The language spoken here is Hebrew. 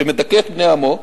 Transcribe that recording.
שמדכא את בני עמו,